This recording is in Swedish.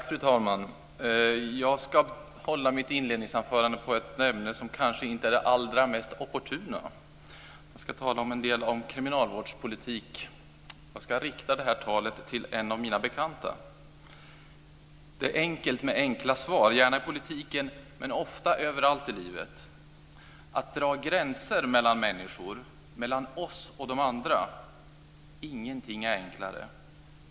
Fru talman! Jag ska hålla mitt första anförande på ett ämne som kanske inte är det allra mest opportuna. Jag ska tala en del om kriminalvårdspolitik. Jag ska rikta det här talet till en av mina bekanta. Det är enkelt med enkla svar - gärna i politiken, men ofta överallt i livet. Att dra gränser mellan människor, mellan oss och de andra - ingenting är enklare.